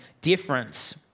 difference